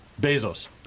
Bezos